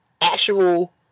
actual